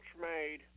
made